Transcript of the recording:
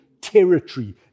territory